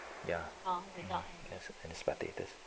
ya lah as spectators